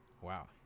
wow